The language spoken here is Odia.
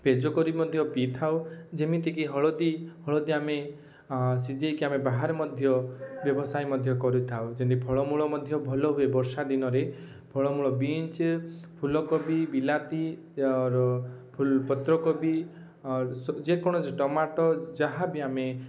ପେଜ କରି ମଧ୍ୟ ପିଇଥାଉ ଯେମିତି କି ହଳଦୀ ହଳଦୀ ଆମେ ସିଝାଇକି ଆମେ ବାହାରେ ମଧ୍ୟ ବ୍ୟବସାୟ ମଧ୍ୟ କରିଥାଉ ଯେମିତି ଫଳମୂଳ ମଧ୍ୟ ଭଲ ହୁଏ ବର୍ଷା ଦିନରେ ଫଳମୂଳ ବିନ୍ସ ଫୁଲକୋବି ବିଲାତି ଔର୍ ପତ୍ରକୋବି ଔର୍ ଯେକୌଣସି ଟମାଟୋ ଯାହା ବି ଆମେ